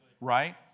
Right